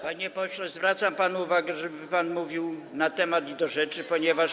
Panie pośle, zwracam panu uwagę, żeby pan mówił na temat i do rzeczy, ponieważ.